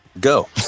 go